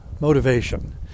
motivation